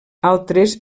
altres